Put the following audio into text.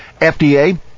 FDA